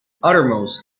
outermost